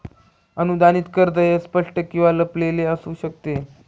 अनुदानित कर्ज हे स्पष्ट किंवा लपलेले असू शकते